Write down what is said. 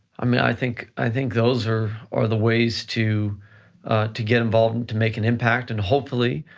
i mean i think i think those are are the ways to to get involved and to make an impact and hopefully,